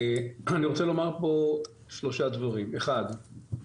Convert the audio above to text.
אני רוצה לומר פה שלושה דברים, אחד,